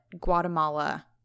Guatemala